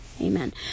Amen